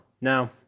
now